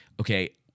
Okay